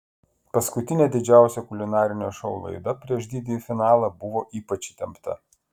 paskutinė didžiausio kulinarinio šou laida prieš didįjį finalą buvo ypač įtempta